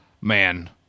man